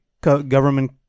government